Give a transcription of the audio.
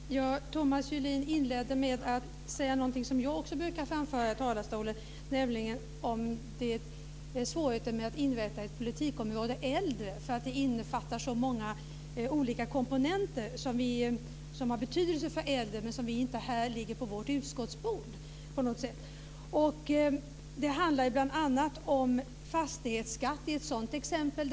Herr talman! Thomas Julin inledde med att säga någonting om något som jag också brukar framföra i talarstolen, nämligen svårigheten att inrätta ett politikområde när det gäller äldre, därför att det innefattar så många olika komponenter som har betydelse för äldre men som inte ligger på vårt utskottsbord. Det handlar bl.a. om fastighetsskatt.